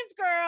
girl